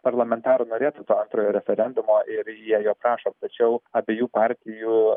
parlamentarų norėtų to antrojo referendumo ir jie jo prašo tačiau abiejų partijų